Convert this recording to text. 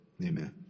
Amen